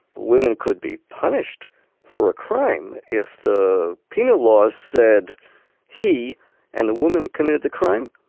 women could be punished for a crime. if the penal law said he and the woman committed the crime,